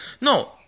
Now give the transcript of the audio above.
No